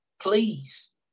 Please